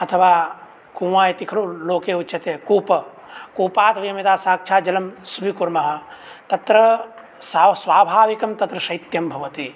अथवा कूवाँ इति खलु लोके उच्चते कूप कूपात् वयं यदा साक्षात् जलं स्वीकुर्मः तत्र स्वा भाविकं तत्र शैत्यं भवति